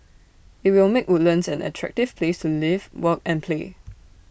IT will make Woodlands an attractive place to live work and play